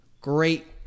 great